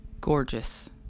Gorgeous